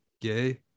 gay